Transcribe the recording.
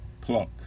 pluck